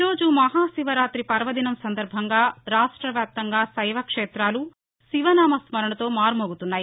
ఈరోజు మహాశివరాతి పర్వదినం సందర్బంగా రాష్ట వ్యాప్తంగా శైవ క్షేతాలు శివనామ స్మరణతో మార్మోగుతున్నాయి